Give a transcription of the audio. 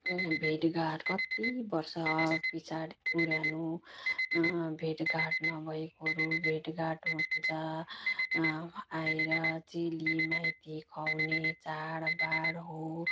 भेटघाट कत्ति वर्षपछाडि पुरानो भेटघाट नभएकोहरू भेटघाट हुन्छ आएर चेलीमाइती खुवाउने चाडबाड हो